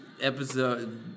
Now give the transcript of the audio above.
episode